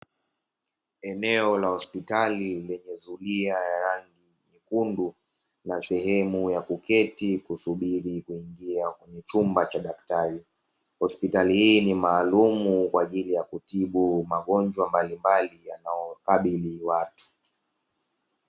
Eneo la hospitali lenye zulia ya rangi nyekundu na sehemu ya kuketi kusubiri kuingia kwenye chumba cha daktari. Hospitali hii ni maalum kwaajili ya kutibu magonjwa mbalimbali yanayowakabili watu